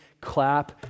clap